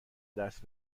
دست